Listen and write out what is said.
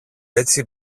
έτσι